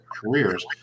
careers